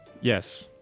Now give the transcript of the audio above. Yes